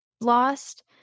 lost